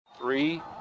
Three